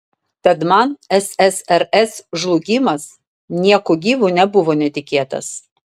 tad man ssrs žlugimas nieku gyvu nebuvo netikėtas